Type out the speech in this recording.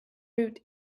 route